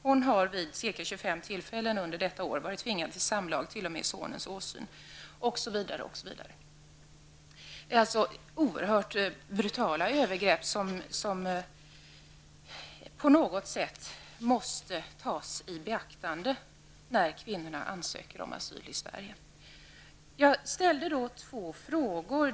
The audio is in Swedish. Hon har vid ca 25 tillfällen under detta år varit tvingad till samlag t.o.m. i sonens åsyn. Osv., osv. Det är alltså fråga om oerhört brutala övergrepp, som på något sätt måste tas i beaktande när kvinnorna ansöker om asyl i Sverige. Jag ställde två frågor till invandrarministern.